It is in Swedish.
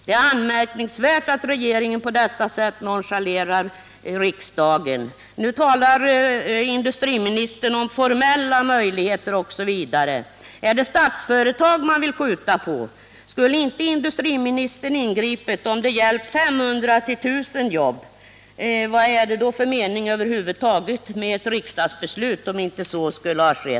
Det är anmärkningsvärt att regeringen på detta sätt nonchalerar riksdagen. Nu talar industriministern om att han inte har några formella möjligheter att ingripa i ett statsägt företag. Jag vill då fråga: Är det Statsföretag man vill skjuta på? Skulle inte industriministern ha ingripit, om det gällt 500-1 000 jobb? Om så är fallet, vad är det då för mening med ett riksdagsbeslut?